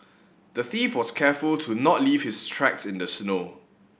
the thief was careful to not leave his tracks in the snow